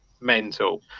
mental